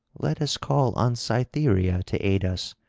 let us call on cytherea to aid us,